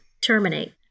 terminate